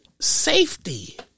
safety